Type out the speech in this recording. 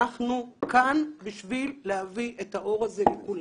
אנחנו כאן בשביל להביא את האור הזה לכולם.